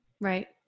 Right